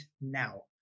now